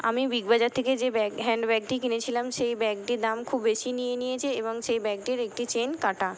আমি বিগ বাজার থেকে যে ব্যাগ হ্যান্ড ব্যাগটি কিনেছিলাম সেই ব্যাগটির দাম খুব বেশি নিয়ে নিয়েছে এবং সেই ব্যাগটির একটি চেন কাটা